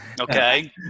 Okay